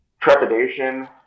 trepidation